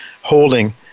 holding